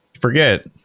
forget